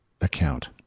account